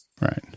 Right